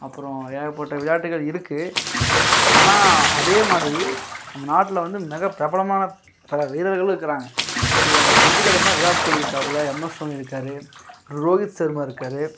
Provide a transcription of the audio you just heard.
அப்புறம் ஏகப்பட்ட விளையாட்டுகள் இருக்குது ஆனால் அதேமாதிரி நம்ம நாட்டில் வந்து நிறையா பிரபலமான பல வீரர்களும் இருக்கிறாங்க இப்போ நம்ம க்ரிக்கெட்ட எடுத்தோம்னா விராட்கோலி இருக்காப்புல எம்எஸ் தோனி இருக்கார் ரோஹித் சர்மா இருக்கார்